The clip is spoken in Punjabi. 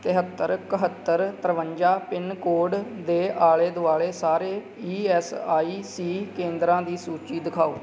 ਤਿਹੱਤਰ ਇਕਹੱਤਰ ਤਰਵੰਜਾ ਪਿੰਨ ਕੋਡ ਦੇ ਆਲੇ ਦੁਆਲੇ ਸਾਰੇ ਈ ਐੱਸ ਆਈ ਸੀ ਕੇਂਦਰਾਂ ਦੀ ਸੂਚੀ ਦਿਖਾਓ